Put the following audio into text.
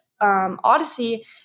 Odyssey